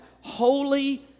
holy